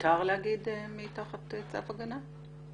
מותר לומר מי תחת צו הגנה?